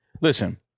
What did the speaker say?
Listen